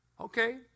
Okay